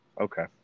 Okay